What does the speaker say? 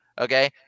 okay